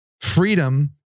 freedom